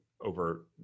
over